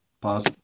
Pause